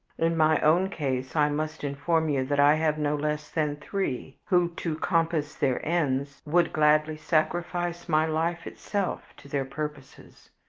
in my own case i must inform you that i have no less than three who, to compass their ends, would gladly sacrifice my life itself to their purposes.